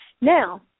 Now